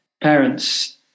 parents